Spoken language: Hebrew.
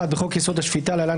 1. בחוק־יסוד: השפיטה‏ (להלן,